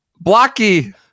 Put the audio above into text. Blocky